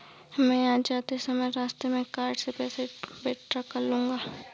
मैं आज जाते समय रास्ते में कार्ड से पैसे विड्रा कर लूंगा